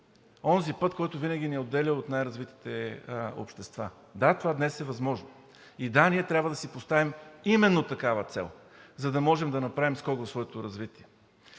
онзи път, който винаги ни е отделял от най-развитите общества. Да, това днес е възможно и да, ние трябва да си поставим именно такава цел, за да можем да направим скок в своето развитие.